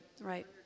right